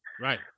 Right